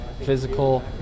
physical